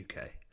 UK